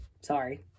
Sorry